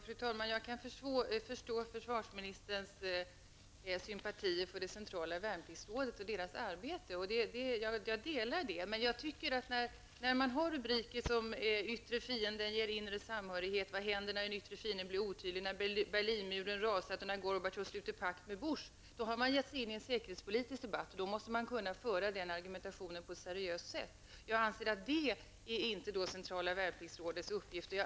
Fru talman! Jag kan förstå försvarsministerns sympatier för Centrala Värnpliktsrådet och dess arbete, och jag delar den sympatin. Men när man använder rubriker som ''Yttre fienden ger inre samhörighet'', och ''Vad händer när den yttre fienden blir otydlig, när Berlinmuren rasat och när Värnpliktsrådet gett sig in i en säkerhetspolitisk debatt, och då måste man kunna använda sig av seriösa argument i den debatten. Jag anser att det inte är Centrala Värnpliktsrådets uppgift.